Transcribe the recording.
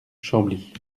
chambly